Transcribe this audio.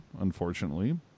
unfortunately